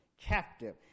captive